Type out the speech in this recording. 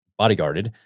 bodyguarded